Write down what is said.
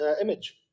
image